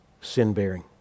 sin-bearing